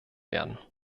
werden